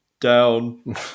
down